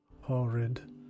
horrid